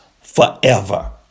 forever